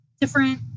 different